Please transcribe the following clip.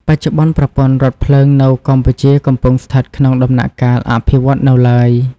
បច្ចុប្បន្ន ប្រព័ន្ធរថភ្លើងនៅកម្ពុជាកំពុងស្ថិតក្នុងដំណាក់កាលអភិវឌ្ឍនៅឡើយ។